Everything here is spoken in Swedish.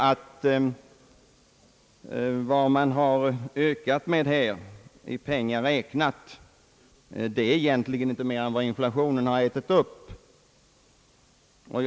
Anslagsökningen i pengar räknat är egentligen inte större än vad inflationen ätit upp under det år som gått.